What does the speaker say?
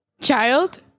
Child